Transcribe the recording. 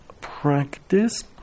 practice